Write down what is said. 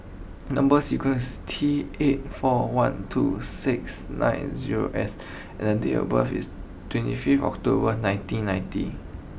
number sequence T eight four one two six nine zero S and the date of birth is twenty fifth October nineteen ninety